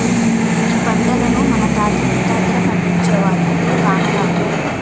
ఈ పంటను మన తాత ముత్తాతలు పండించేవారు, ఇప్పుడు కానరాదు